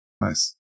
nice